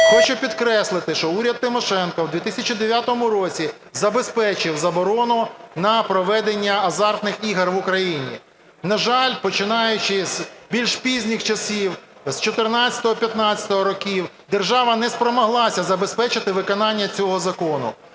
Хочу підкреслити, що уряд Тимошенко в 2009 році забезпечив заборону на проведення азартних ігор в Україні. На жаль, починаючи з більш пізніх часів, з 2014-2015 років, держава не спромоглася забезпечити виконання цього закону,